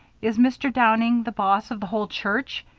is mr. downing the boss of the whole church.